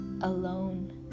alone